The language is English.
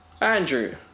andrew